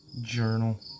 journal